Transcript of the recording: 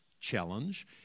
challenge